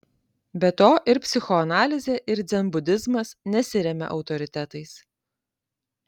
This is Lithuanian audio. be to ir psichoanalizė ir dzenbudizmas nesiremia autoritetais